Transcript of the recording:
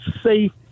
safe